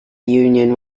union